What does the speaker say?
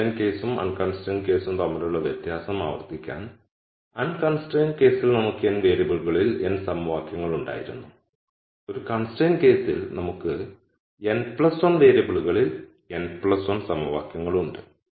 constrained കേസും unconstrained കേസും തമ്മിലുള്ള വ്യത്യാസം ആവർത്തിക്കാൻ അൺകൺസ്ട്രൈൻഡ് കേസിൽ നമുക്ക് n വേരിയബിളുകളിൽ n സമവാക്യങ്ങൾ ഉണ്ടായിരുന്നു ഒരു കൺസ്ട്രൈന്റ് കേസിൽ നമുക്ക് n 1 വേരിയബിളുകളിൽ n 1 സമവാക്യങ്ങളുണ്ട്